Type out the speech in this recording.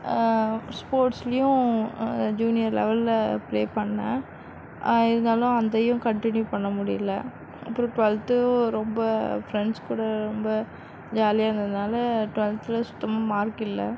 ஸ்போர்ட்ஸ்லியும் junior லெவலில் play பண்ணேன் இருந்தாலும் அதையும் கண்டினியூ பண்ண முடியல அப்புறம் டூவல்த் ரொம்ப பிரெண்ட்ஸ் கூட ரொம்ப ஜாலியாக இருந்ததுனால் டூவல்த்தில் சுத்தமாக மார்க் இல்லை